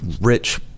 rich